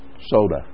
Soda